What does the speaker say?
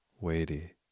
weighty